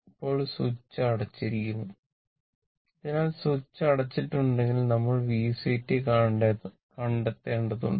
ഇപ്പോൾ സ്വിച്ച് അടച്ചിരിക്കുന്നു അതിനാൽ സ്വിച്ച് അടച്ചിട്ടുണ്ടെങ്കിൽ നമ്മൾ VC കണ്ടെത്തേണ്ടതുണ്ട്